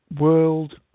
World